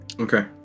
Okay